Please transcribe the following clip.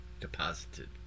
deposited